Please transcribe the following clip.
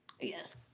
Yes